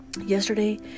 yesterday